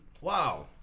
Wow